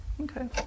Okay